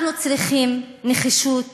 אנחנו צריכים נחישות